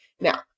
Now